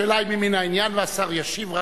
השאלה היא מן העניין והשר ישיב,